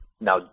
Now